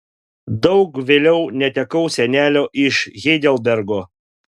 daug vėliau netekau senelio iš heidelbergo